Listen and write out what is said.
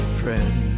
friend